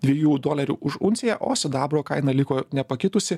dviejų dolerių už unciją o sidabro kaina liko nepakitusi